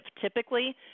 Typically